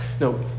no